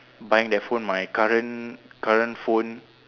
buying that phone my current current phone